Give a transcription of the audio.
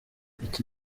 iki